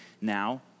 now